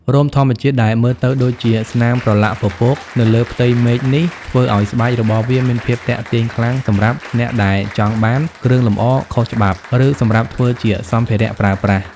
រោមធម្មជាតិដែលមើលទៅដូចជាស្នាមប្រឡាក់ពពកនៅលើផ្ទៃមេឃនេះ ធ្វើឲ្យស្បែករបស់វាមានភាពទាក់ទាញខ្លាំងសម្រាប់អ្នកដែលចង់បាន គ្រឿងលម្អ ខុសច្បាប់ ឬសម្រាប់ធ្វើជា សម្ភារៈប្រើប្រាស់ ។